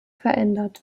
verändert